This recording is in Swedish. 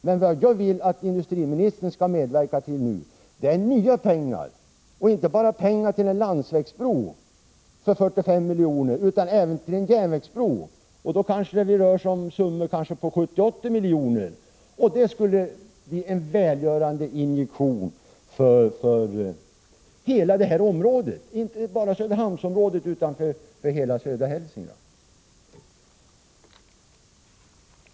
Men vad jag nu vill att industriministern skall medverka till är nya pengar, inte bara till en landsvägsbro för 45 miljoner utan även till en järnvägsbro — då rör det sig om summor på kanske 70-80 miljoner. Det skulle bli en välgörande injektion — inte bara för Söderhamnsområdet utan för hela södra Hälsingland.